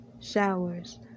showers